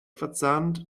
verzahnt